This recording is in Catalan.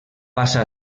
passa